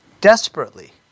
desperately